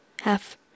half